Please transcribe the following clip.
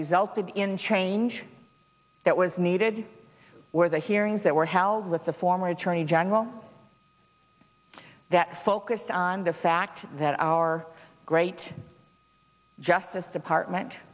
resulted in change that was needed for the hearings that were held with the former attorney general that focused on the fact that our great justice department